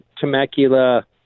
Temecula